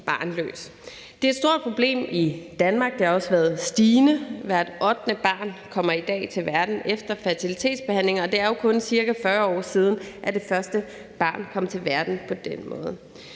Det er et stort problem i Danmark. Det har også været stigende. Hvert ottende barn kommer i dag til verden efter fertilitetsbehandling, og det er jo kun ca. 40 år siden, at det første barn kom til verden på den måde.